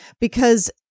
Because-